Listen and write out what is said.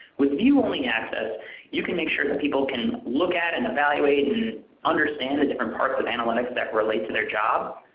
with view only access you can make sure that people can look at it and evaluate and understand the different parts of analytics that relate to their job,